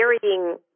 varying